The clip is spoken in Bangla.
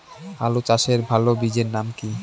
আলু চাষের ভালো বীজের নাম কি?